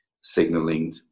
signaling